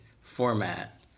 format